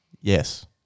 Yes